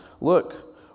Look